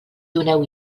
doneu